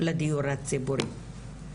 לדיור הציבורי.